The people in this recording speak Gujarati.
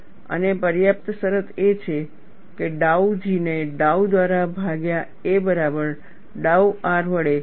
અને પર્યાપ્ત શરત એ છે કે ડાઉ G ને ડાઉ દ્વારા ભાગ્યા a બરાબર ડાઉ R વડે ડાઉ a